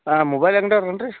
ಹಾಂ ಮೊಬೈಲ್ ಅಂಗಡಿಯವ್ರನ್ರಿ